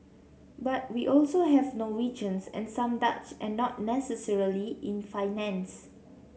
but we have also Norwegians and some Dutch and not necessarily in finance